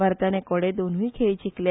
भारतान एकोडे दोनूय खेळ जिखले